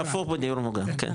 הפוך בדיור מוגן, כן.